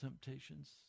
temptations